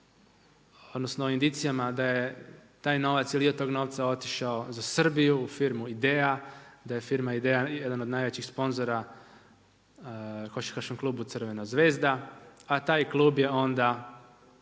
odnosno indicijama da je taj novac ili dio tog novca otišao za Srbiju, u firmu Ideja, da je firma Ideja jedan od najjačih sponzora košarkaškom klubu Crvena zvezda, a taj klub je onda